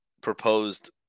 proposed